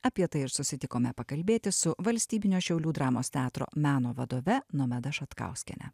apie tai ir susitikome pakalbėti su valstybinio šiaulių dramos teatro meno vadove nomeda šatkauskiene